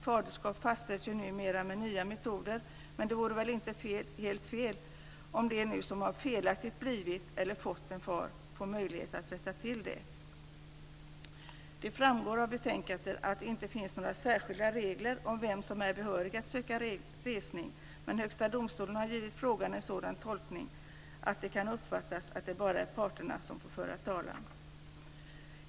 Faderskap fastställs numera med nya metoder, men det vore väl inte helt fel att de som nu felaktigt har blivit, eller fått, en far får möjlighet att rätta till det hela. Det framgår av betänkandet att det inte finns några särskilda regler om vem som är behörig att söka resning, men Högsta domstolen har givit frågan en sådan tolkning att det kan uppfattas som att det bara är parterna som får föra talan.